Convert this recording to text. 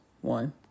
One